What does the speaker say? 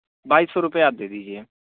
بائیس سو روپیہ آپ دے دیجیے